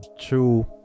true